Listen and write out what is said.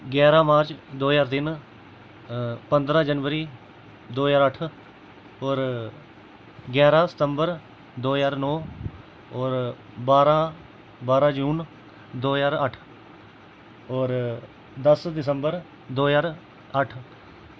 ग्यारह मार्च दो ज्हार तिन पंदरां जनवरी दो ज्हार अट्ठ होर ग्यारह सतम्बर दो ज्हार नौ होर बारां बारां जून दो ज्हार अट्ठ होर दस दिसम्बर दो ज्हार अट्ठ